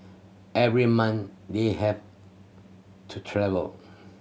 every month they have to travel